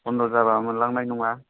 बन्द' जाब मोनलांनाय नङा